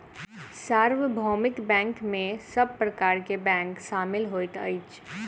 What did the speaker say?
सार्वभौमिक बैंक में सब प्रकार के बैंक शामिल होइत अछि